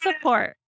support